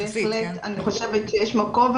בהחלט אני חושבת שיש מקום.